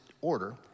order